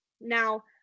Now